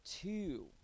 two